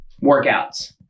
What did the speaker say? workouts